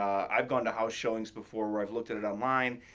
i've gone to house showings before where i've looked at it online.